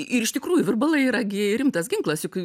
ir iš tikrųjų virbalai yra gi rimtas ginklas juk